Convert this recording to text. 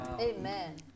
Amen